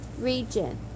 region